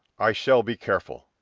i shall be careful.